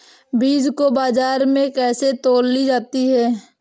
बीज को बाजार में कैसे तौली जाती है?